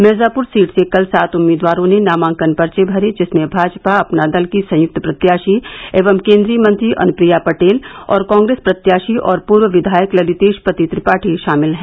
Mirzapur seat से कल सात उम्मीदवारों ने नामांकन पर्चे भरे जिसमें भाजपा अपना दल की संयुक्त प्रत्याशी एवं केन्द्रीय मंत्री अनुप्रिया पटेल और कांग्रेस प्रत्याशी और पूर्व विधायक ललितेश पति त्रिपाठी शामिल हैं